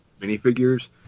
minifigures